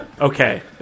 okay